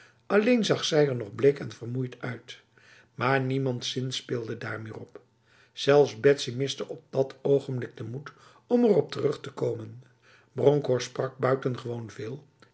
alleen zag zij nog erg bleek en vermoeid eruit maar niemand zinspeelde daar meer op zelfs betsy miste op dat ogenblik de moed om erop terug te komen bronkhorst sprak buitengewoon veel